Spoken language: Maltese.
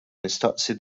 nistaqsi